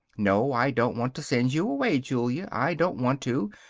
no, i don't want to send you away, julia, i don't want to.